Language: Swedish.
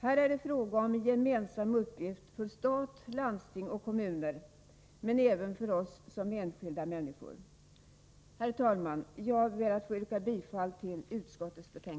Här är det fråga om en gemensam uppgift för stat, landsting och kommuner, men även för oss som enskilda människor. Herr talman! Jag vill yrka bifall till utskottets hemställan.